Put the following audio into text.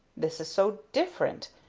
this is so different!